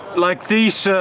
like these